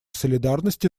солидарности